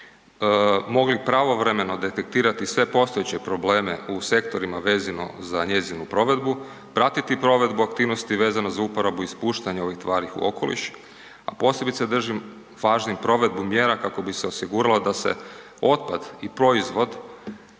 mogli pravovremeno detektirati sve postojeće probleme u sektorima vezano za njezinu provedbu, pratiti provedbu aktivnosti vezano za uporabu i ispuštanje ovih tvari u okoliš, a posebice držim važnim provedbu mjera kako bi se osiguralo da otpad i proizvod